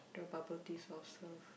the bubble tea soft serve